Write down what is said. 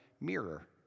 mirror